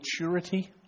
maturity